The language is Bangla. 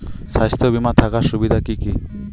স্বাস্থ্য বিমা থাকার সুবিধা কী কী?